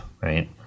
right